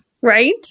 Right